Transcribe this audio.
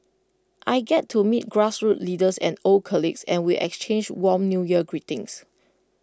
I get to meet grassroots leaders and old colleagues and we exchange warm New Year greetings